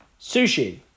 Sushi